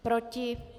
Proti?